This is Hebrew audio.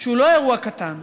שהוא לא אירוע קטן.